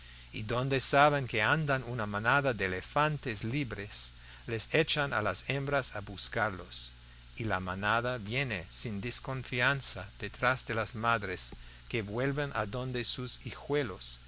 y donde saben que andan una manada de elefantes libres les echan a las hembras a buscarlos y la manada viene sin desconfianza detrás de las madres que vuelven adonde sus hijuelos